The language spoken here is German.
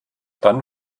dann